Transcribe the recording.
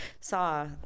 saw